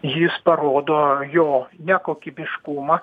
jis parodo jo nekokybiškumą